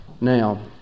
Now